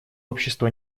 общество